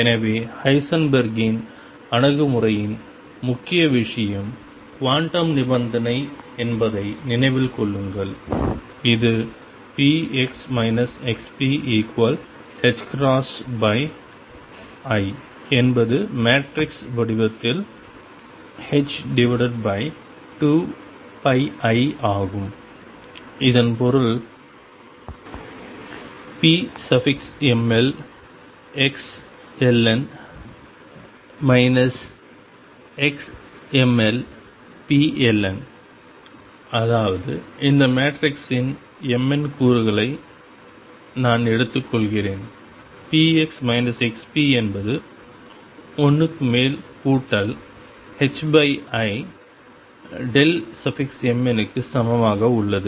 எனவே ஹைசன்பெர்க்கின் Heisenberg's அணுகுமுறையின் முக்கிய விஷயம் குவாண்டம் நிபந்தனை என்பதை நினைவில் கொள்ளுங்கள் இது px xpi என்பது மேட்ரிக்ஸ் வடிவத்தில் h2πi ஆகும் இதன் பொருள் pmlxln xmlpln அதாவது இந்த மேட்ரிக்ஸின் mn கூறுகளை நான் எடுத்துக்கொள்கிறேன் px xp என்பது l க்கு மேல் கூட்டல் imn க்கு சமமாக உள்ளது